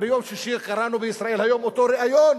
ביום שישי קראנו ב"ישראל היום" אותו ריאיון,